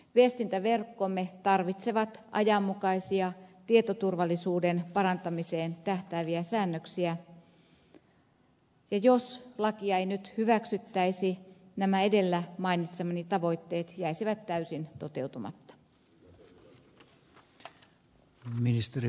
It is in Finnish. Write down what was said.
viestintäverkkomme tarvitsevat ajanmukaisia tietoturvallisuuden parantamiseen tähtääviä säännöksiä ja jos lakia ei nyt hyväksyttäisi nämä edellä mainitsemani tavoitteet jäisivät täysin toteutumatta